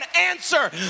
answer